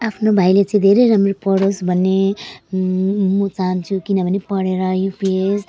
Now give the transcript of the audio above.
आफ्नो भाइले चाहिँ धेरै राम्रो पढोस् भन्ने म चाहन्छु किनभने पढेर आइपिएस